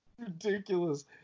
ridiculous